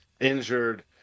injured